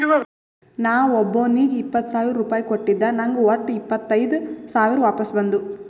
ನಾ ಒಬ್ಬೋನಿಗ್ ಇಪ್ಪತ್ ಸಾವಿರ ರುಪಾಯಿ ಕೊಟ್ಟಿದ ನಂಗ್ ವಟ್ಟ ಇಪ್ಪತೈದ್ ಸಾವಿರ ವಾಪಸ್ ಬಂದು